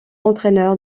entraîneur